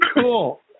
Cool